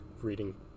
reading